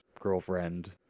girlfriend